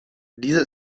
dieser